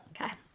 okay